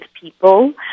people